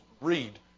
read